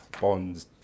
bonds